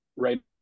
Right